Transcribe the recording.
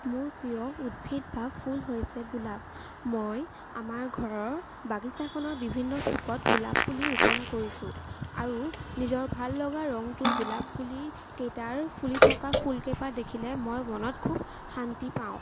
মোৰ প্ৰিয় উদ্ভিদ বা ফুল হৈছে গোলাপ মই আমাৰ ঘৰৰ বাগিচাখনৰ বিভিন্ন চুকত গোলাপ পুলি ৰোপণ কৰিছোঁ আৰু নিজৰ ভাল লগা ৰঙটোৰ গোলাপ পুলি কেইটাৰ ফুলি থকা ফুল কেইপাহ দেখিলে মই মনত খুব শান্তি পাওঁ